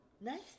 Nice